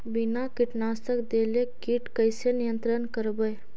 बिना कीटनाशक देले किट कैसे नियंत्रन करबै?